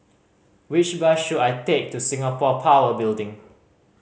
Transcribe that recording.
which bus should I take to Singapore Power Building